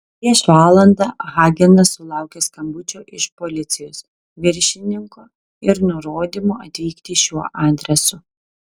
prieš valandą hagenas sulaukė skambučio iš policijos viršininko ir nurodymo atvykti šiuo adresu